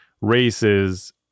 races